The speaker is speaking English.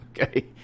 okay